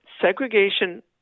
segregation